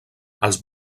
als